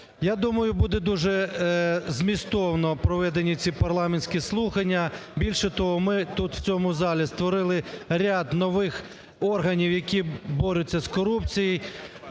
Я думаю, буде дуже змістовно проведено ці парламентські слухання, більше того, ми тут в цьому залі створили ряд нових органів, які борються з корупцією.